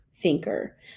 thinker